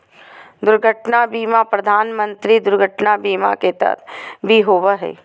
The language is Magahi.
दुर्घटना बीमा प्रधानमंत्री दुर्घटना बीमा के तहत भी होबो हइ